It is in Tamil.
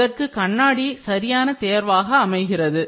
இதற்கு கண்ணாடி சரியான தேர்வாக அமைகிறது